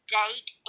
date